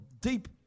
deep